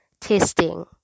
testing